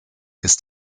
ist